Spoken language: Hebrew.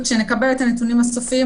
וכשנקבל את הנתונים הסופיים,